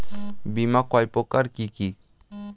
বীমা কয় প্রকার কি কি?